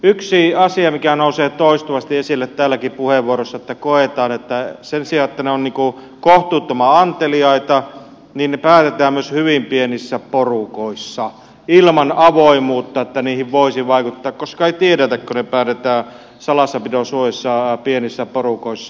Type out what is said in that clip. yksi asia mikä nousee toistuvasti esille täälläkin puheenvuoroissa on se että koetaan että sen lisäksi että ne ovat kohtuuttoman anteliaita ne myös päätetään hyvin pienissä porukoissa ilman avoimuutta että niihin voisi vaikuttaa koska ei tiedetä kun ne päätetään salassapidon suojissa ja pienissä porukoissa